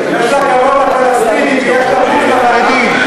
יש לך כבוד לפלסטינים ובוז לחרדים.